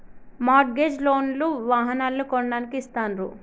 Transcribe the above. mart gauge loan లు వాహనాలను కొనడానికి ఇస్తాండ్రు